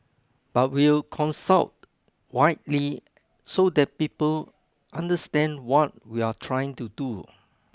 but we'll consult widely so that people understand what we're trying to do